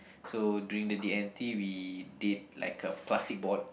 so during the D and T we did like a plastic board